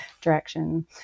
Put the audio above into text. direction